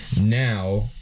now